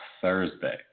Thursday